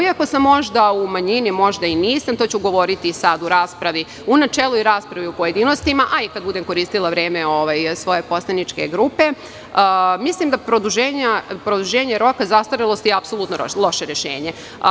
Iako sam možda u manjini, možda nisam, to ću govoriti u raspravi u načelu i u raspravi u pojedinostima, a i kada budem koristila vreme svoje poslaničke grupe, mislim da produženje roka zastarelosti je apsolutno loše rešenje.